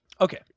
Okay